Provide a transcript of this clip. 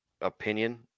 opinion